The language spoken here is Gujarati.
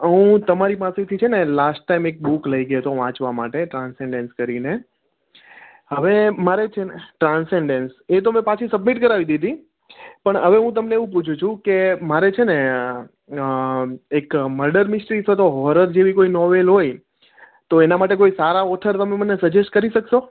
હું તમારી પાસેથી છે ને લાસ્ટ ટાઈમ એક બુક લઈ ગયો હતો વાંચવા માટે ટ્રાન્સેનડેન્સ કરીને હવે મારે છે ને ટ્રાન્સેનડેન્સ એ તો મેં પાછી સબમિટ કરાવી દીધી પણ હવે હું તમને એવું પૂછું કે મારે છે ને એક મર્ડર મિસ્ટ્રી અથવા તો હોરર જેવી કોઈ નોવેલ હોય તો એના માટે સારા ઓથર તમે મને સજેસ્ટ કરી શકશો